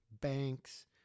Banks